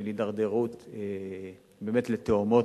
של הידרדרות, באמת, לתהומות.